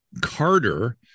carter